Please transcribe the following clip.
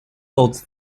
holds